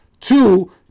Two